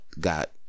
got